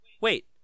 wait